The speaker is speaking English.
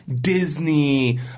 Disney